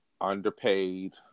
underpaid